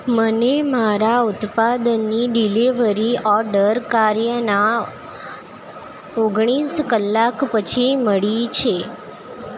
મને મારા ઉત્પાદનની ડિલેવરી ઓડર કાર્યના ઓગણીસ કલાક પછી મળી છે